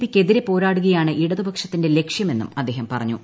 P ക്കെതിരെ പോരാടുകയാണ് ഇടതുപക്ഷത്തിന്റെ ലക്ഷ്യമെന്നും അദ്ദേഹം പറഞ്ഞു